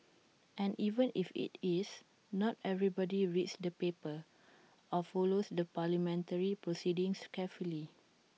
and even if IT is not everybody reads the papers or follows the parliamentary proceedings carefully